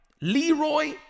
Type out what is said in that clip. Leroy